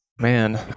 Man